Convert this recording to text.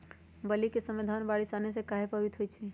बली क समय धन बारिस आने से कहे पभवित होई छई?